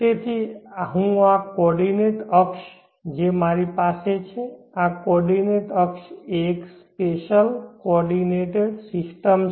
તેથી આ કોઓર્ડિનેંટ અક્ષ જે મારી પાસે છે આ કોઓર્ડિનેંટ અક્ષ એ એક સ્પેશલ કોઓર્ડિનેંટ સિસ્ટમ છે